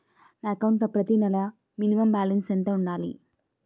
నా అకౌంట్ లో ప్రతి నెల మినిమం బాలన్స్ ఎంత ఉండాలి?